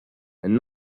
and